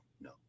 no